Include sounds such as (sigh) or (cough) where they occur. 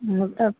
(unintelligible)